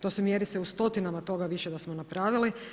To se mjeri se u stotinama toga više da smo napravili.